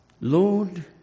Lord